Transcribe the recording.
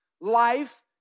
life